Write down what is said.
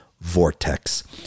Vortex